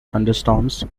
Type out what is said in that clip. thunderstorms